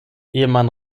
ehemann